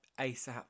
ASAP